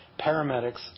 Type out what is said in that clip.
paramedics